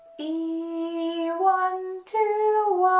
e, one, two,